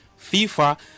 FIFA